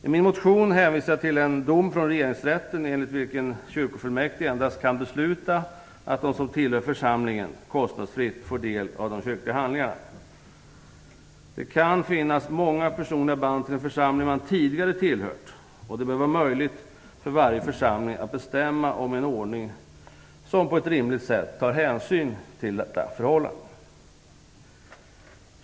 I min motion hänvisar jag till en dom från regeringsrätten enligt vilken kyrkofullmäktige endast kan besluta att de som tillhör församlingen kostnadsfritt får del av de kyrkliga handlingarna. Det kan finnas många personliga band till en församling man tidigare tillhört. Det bör vara möjligt för varje församling att bestämma om en ordning som på ett rimligt sätt tar hänsyn till detta förhållande.